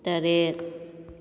ꯇꯔꯦꯠ